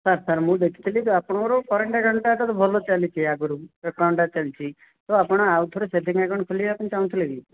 sir sir ମୁଁ ଦେଖିଥିଲି ତ ଆପଣଙ୍କର କରେଣ୍ଟ ଆକାଉଣ୍ଟଟା ଭଲ ଚାଲିଛି ଆଗରୁ ବି ଆକାଉଣ୍ଟଟା ଚାଲୁଛି ତ ଆଉ ଥରେ ସେଭିଂ ଆକାଉଣ୍ଟ ଖୋଲିବା ପାଇଁ ଚାହୁଁଥିଲେ କି